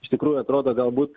iš tikrųjų atrodo galbūt